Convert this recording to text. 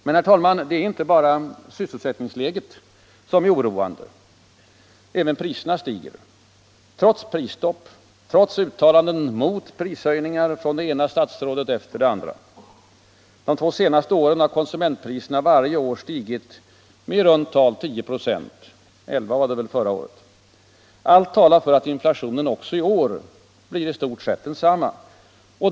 Men, herr talman, inte bara sysselsättningsläget är oroande. Även pri serna stiger trots prisstopp och trots uttalanden mot prishöjningar från det ena statsrådet efter det andra. De två senaste åren har konsumentpriserna varje år stigit med i runt tal 10 96 — förra året 11 96. Allt talar för att inflationen även i år blir i stort sett densamma.